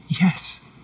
Yes